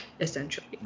essentially